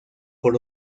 por